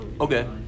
Okay